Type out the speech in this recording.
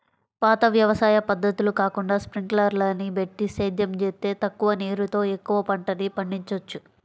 పాత వ్యవసాయ పద్ధతులు కాకుండా స్పింకర్లని బెట్టి సేద్యం జేత్తే తక్కువ నీరుతో ఎక్కువ పంటని పండిచ్చొచ్చు